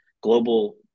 global